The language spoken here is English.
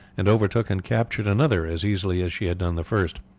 and overtook and captured another as easily as she had done the first.